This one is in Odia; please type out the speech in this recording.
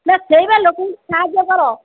ନା ସେଇବା ଲୋକଙ୍କୁ ସାହାଯ୍ୟ କର